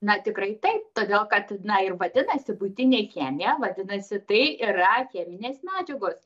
na tikrai taip todėl kad na ir vadinasi buitinė chemija vadinasi tai yra cheminės medžiagos